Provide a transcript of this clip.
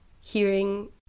hearing